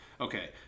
okay